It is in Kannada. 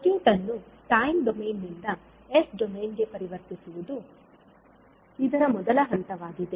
ಸರ್ಕ್ಯೂಟ್ ಅನ್ನು ಟೈಮ್ ಡೊಮೇನ್ನಿಂದ ಎಸ್ ಡೊಮೇನ್ಗೆ ಪರಿವರ್ತಿಸುವುದು ಇದರ ಮೊದಲ ಹಂತವಾಗಿದೆ